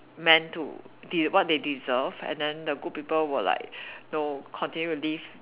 meant to they what they deserve and then the good people will like know continue to live